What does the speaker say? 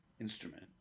instrument